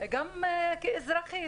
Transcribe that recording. וגם כאזרחית